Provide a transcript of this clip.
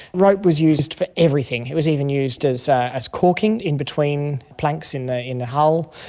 rope was used for everything, it was even used as as corking in-between planks in the in the hull.